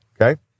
Okay